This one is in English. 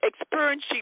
experience